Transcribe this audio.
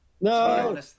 No